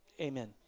amen